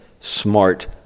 smart